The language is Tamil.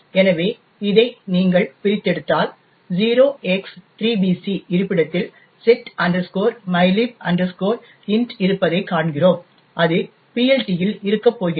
எனவே இதை நீங்கள் பிரித்தெடுத்தால் 0x3BC இருப்பிடத்தில் set mylib int இருப்பதைக் காண்கிறோம் அது PLT இல் இருக்கப் போகிறது